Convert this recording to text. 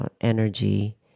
energy